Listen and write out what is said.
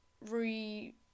re